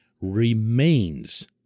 remains